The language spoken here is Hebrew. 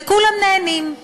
וכולם נהנים.